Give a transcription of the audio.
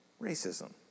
racism